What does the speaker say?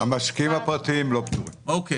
זה לא חל עליו, לא בריטים ולא בחוק עידוד.